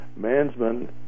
Mansman